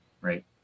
right